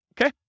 okay